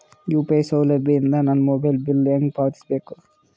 UPI ಸೌಲಭ್ಯ ಇಂದ ನನ್ನ ಮೊಬೈಲ್ ಬಿಲ್ ಹೆಂಗ್ ಪಾವತಿಸ ಬೇಕು?